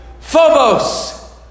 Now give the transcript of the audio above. Phobos